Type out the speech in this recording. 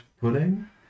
pudding